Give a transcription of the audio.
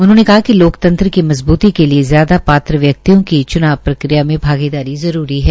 उन्होंने कहा कि लोकतंत्र की मजबूती के लिये ज्यादा पात्र व्यक्तियों की चुनाव प्रक्रिया में भागीदारी जरूरी है